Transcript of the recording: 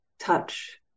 touch